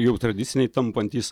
jau tradiciniai tampantys